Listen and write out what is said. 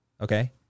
okay